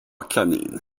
kanin